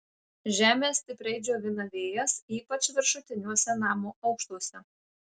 žemę stipriai džiovina vėjas ypač viršutiniuose namo aukštuose